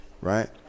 right